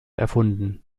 erfunden